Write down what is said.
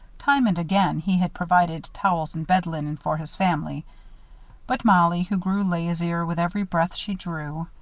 time and again he had provided towels and bed-linen for his family but mollie, who grew lazier with every breath she drew,